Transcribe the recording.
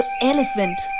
Elephant